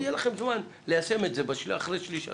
יהיה לכם זמן ליישם את זה אחרי השליש הראשון: